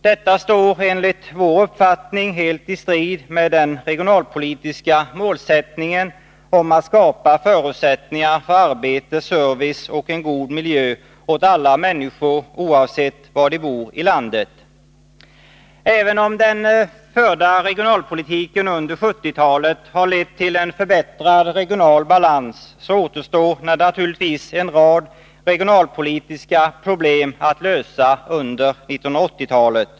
Det står enligt vår uppfattning helt i strid med den regionalpolitiska målsättningen att skapa förutsättningar för arbete, service och en god miljö åt alla människor oavsett var de bor i landet. Även om den förda regionalpolitiken under 1970-talet har lett till en förbättrad regional balans, återstår naturligtvis en rad regionalpolitiska problem att lösa under 1980-talet.